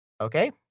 Okay